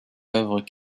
œuvres